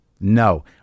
no